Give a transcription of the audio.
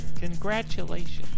Congratulations